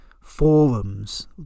forums